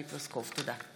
תודה.